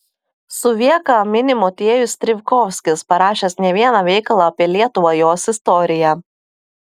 suvieką mini motiejus strijkovskis parašęs ne vieną veikalą apie lietuvą jos istoriją